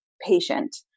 patient